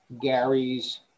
gary's